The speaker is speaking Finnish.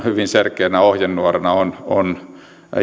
hyvin selkeänä ohjenuorana on on